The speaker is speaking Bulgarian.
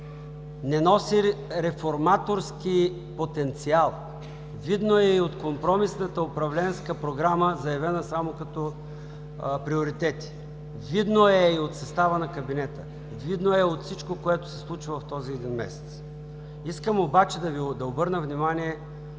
не носи реформаторски потенциал. Видно е и от компромисната управленска програма, заявена само като приоритети, видно е и от състава на кабинета, видно е от всичко, което се случва в този един месец. Искам обаче да Ви обърна внимание